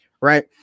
Right